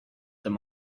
them